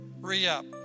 Re-up